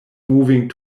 moving